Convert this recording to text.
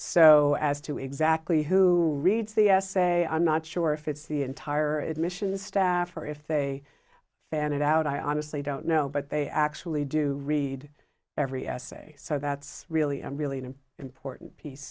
so as to exactly who reads the essay i'm not sure if it's the entire admissions staff or if they fanned it out i honestly don't know but they actually do read every essay so that's really really an important piece